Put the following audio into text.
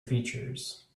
features